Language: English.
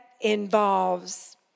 involves